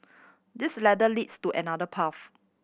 this ladder leads to another path